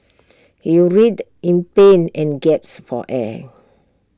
he writhed in pain and gasped for air